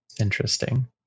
interesting